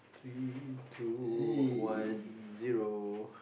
three two one zero